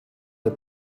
der